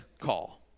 call